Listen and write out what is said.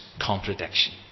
contradiction